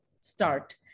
start